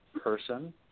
person